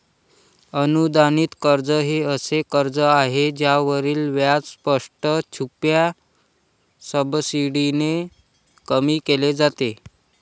अनुदानित कर्ज हे असे कर्ज आहे ज्यावरील व्याज स्पष्ट, छुप्या सबसिडीने कमी केले जाते